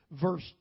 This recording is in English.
verse